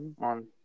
on